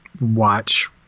watch